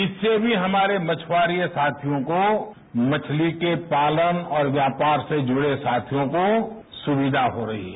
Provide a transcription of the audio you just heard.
इससे भी हमारे मछुआरे साथियाँको मछली के पालन और व्यापार से जुरे साथियों को सुविपा सो रही है